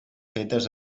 fetes